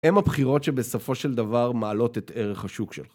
הם הבחירות שבסופו של דבר מעלות את ערך השוק שלך.